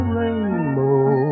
rainbow